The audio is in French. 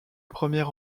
premier